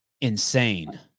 insane